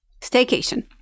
Staycation